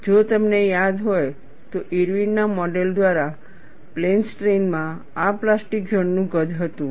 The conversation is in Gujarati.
જો તમને યાદ હોય તો ઇરવિનના મોડેલ Irwins model દ્વારા પ્લેન સ્ટ્રેઇન માં આ પ્લાસ્ટિક ઝોન નું કદ હતું